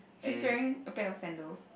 he's wearing a pair of sandals